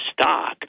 stock